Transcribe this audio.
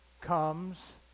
comes